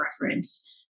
reference